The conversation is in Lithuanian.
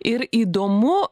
ir įdomu